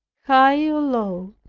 high or low,